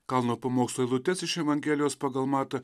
kalno pamokslo eilutes iš evangelijos pagal matą